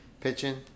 pitching